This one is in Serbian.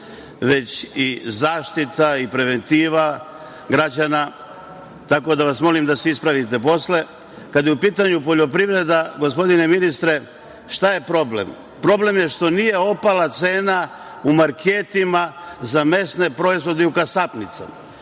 već i zaštita i preventiva građana, tako da vas molim da se ispravite posle. Kada je u pitanju poljoprivreda, gospodine ministre, šta je problem? Problem je što nije opala cena u marketima za mesne proizvode i u kasapnicama.